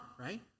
right